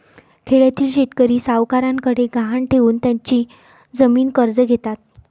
खेड्यातील शेतकरी सावकारांकडे गहाण ठेवून त्यांची जमीन कर्ज घेतात